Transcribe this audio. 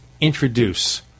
introduce